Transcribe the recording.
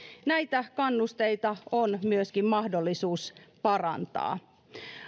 näitä kannusteita on myöskin mahdollisuus parantaa